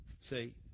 See